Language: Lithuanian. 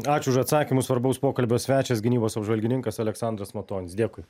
ačiū už atsakymus svarbaus pokalbio svečias gynybos apžvalgininkas aleksandras matonis dėkui